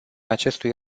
acestui